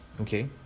okay